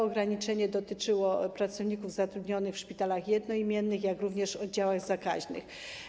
To ograniczenie dotyczyło pracowników zatrudnionych zarówno w szpitalach jednoimiennych, jak również w oddziałach zakaźnych.